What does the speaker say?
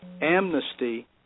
amnesty